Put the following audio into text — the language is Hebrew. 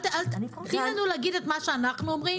תנו לנו להגיד את מה שאנחנו אומרים.